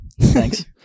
Thanks